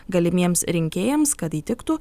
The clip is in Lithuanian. galimiems rinkėjams kad įtiktų